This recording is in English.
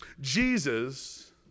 Jesus